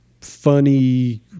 funny